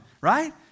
right